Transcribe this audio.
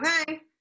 okay